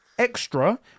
Extra